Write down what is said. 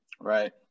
Right